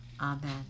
Amen